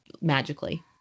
magically